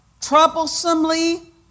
troublesomely